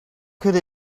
could